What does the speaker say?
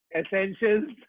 essentials